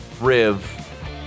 riv